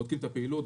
בודקים את הפעילות,